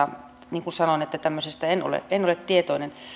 niin kuin sanoin tämmöisestä en ole en ole tietoinen